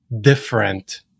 different